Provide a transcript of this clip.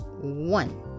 One